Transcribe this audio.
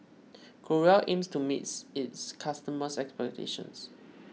Growell aims to meet its customers' expectations